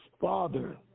Father